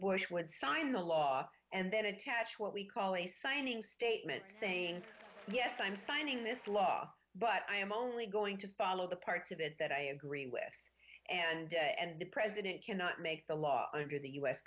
bush would sign a law and then attach what we call a signing statement saying yes i'm signing this law but i am only going to follow the parts of it that i agree with and the president cannot make the law under the u s